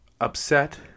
upset